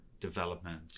development